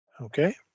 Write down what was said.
Okay